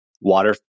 water